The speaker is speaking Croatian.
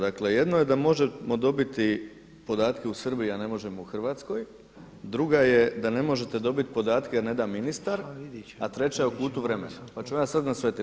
Dakle jedno je da možemo dobiti podatke u Srbiji, a ne možemo u Hrvatskoj, druga je da ne možete dobiti podatke jer ne da ministar, a treća je o kutu vremena pa ću ja sada na sve tri.